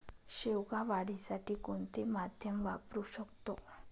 शेवगा वाढीसाठी कोणते माध्यम वापरु शकतो?